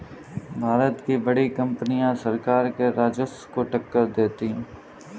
भारत की बड़ी कंपनियां सरकार के राजस्व को टक्कर देती हैं